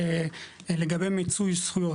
לגבי מיצוי זכויות,